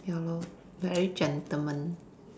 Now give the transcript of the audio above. ya lor very gentleman